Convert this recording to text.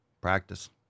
Practice